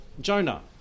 Jonah